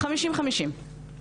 חמישים-חמישים.